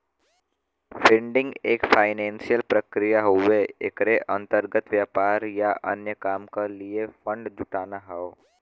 funding एक financial प्रक्रिया हउवे एकरे अंतर्गत व्यापार या अन्य काम क लिए फण्ड जुटाना हौ